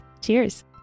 Cheers